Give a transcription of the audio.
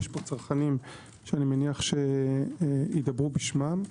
יש פה צרכנים שאני מניח שידברו בשמם.